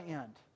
end